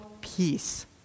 peace